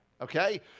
okay